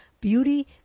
beauty